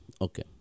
okay